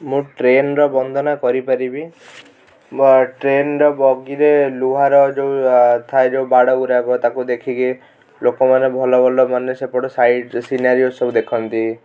ମୁଁ ଟ୍ରେନ୍ର ବନ୍ଦନା କରି ପାରିବି ଟ୍ରେନ୍ର ବଗିରେ ଲୁହାର ଯେଉଁ ଥାଏ ଯେଉଁ ବାଡ଼ ଗୁରାକ ତାକୁ ଦେଖିକି ଲୋକମାନେ ଭଲ ଭଲ ମାନେ ସେପଟ ସାଇଟ୍ ସିନାରିଓ ସବୁ ଦେଖନ୍ତି